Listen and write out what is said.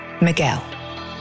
Miguel